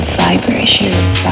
vibrations